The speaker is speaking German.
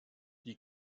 die